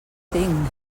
tinc